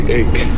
ache